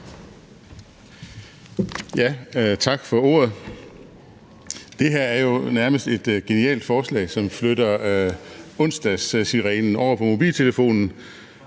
Tak for ordet. Det her er jo nærmest et genialt forslag, som flytter onsdagssirenen over på mobiltelefonen,